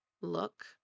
look